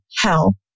hell